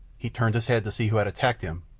he turned his head to see who had attacked him,